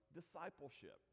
discipleship